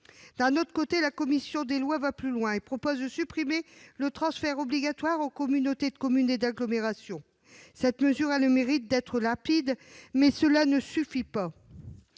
D'un autre côté, la commission des lois va plus loin et propose de supprimer le transfert obligatoire aux communautés de communes et d'agglomération. Cette mesure a le mérite d'être limpide, mais elle ne suffit pas.